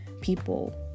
people